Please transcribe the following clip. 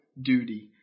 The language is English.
duty